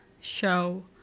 show